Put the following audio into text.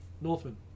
Northman